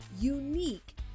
unique